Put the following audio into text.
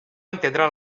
entendre